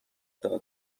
داد